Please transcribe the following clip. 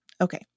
Okay